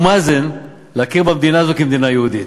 מאזן להכיר במדינה הזאת כמדינה יהודית.